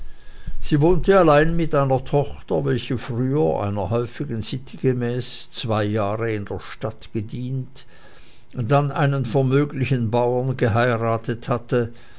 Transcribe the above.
sie wohnte allein mit einer tochter welche früher einer häufigen sitte gemäß zwei jahre in der stadt gedient dann einen vermöglichen bauern geheiratet hatte